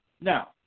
Now